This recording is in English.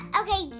okay